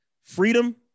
Freedom